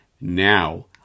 now